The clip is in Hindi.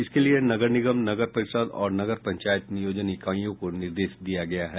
इसके लिए नगर निमग नगर परिषद और नगर पंचायत नियोजन इकाईयों को निर्देश दिया गया है